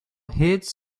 hid